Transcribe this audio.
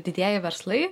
didieji verslai